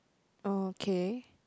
okay